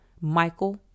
Michael